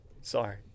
Sorry